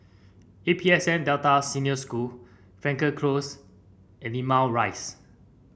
A P S N Delta Senior School Frankel Close and Limau Rise